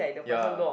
ya